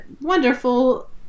wonderful